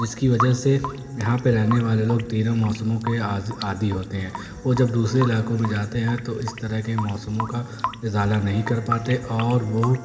جس کی وجہ سے یہاں پہ رہنے والے لوگ تینوں موسموں کے عادی ہوتے ہیں وہ جب دوسرے علاقوں میں جاتے ہیں تو اس طرح کے موسموں کا اضالہ نہیں کر پاتے اور وہ